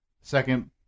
Second